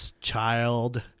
child